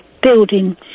building